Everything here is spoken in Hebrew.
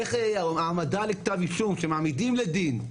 איך העמדה לכתב אישום כשמעמידים לדין,